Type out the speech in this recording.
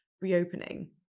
reopening